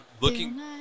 Looking